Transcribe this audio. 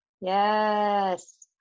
Yes